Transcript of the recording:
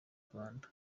rwanda